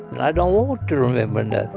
i don't want to remember and